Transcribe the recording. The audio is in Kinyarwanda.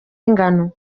ingano